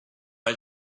had